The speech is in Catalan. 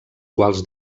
quals